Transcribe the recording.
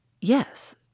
Yes